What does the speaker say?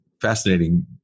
fascinating